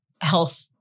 health